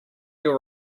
your